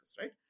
right